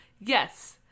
Yes